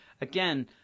again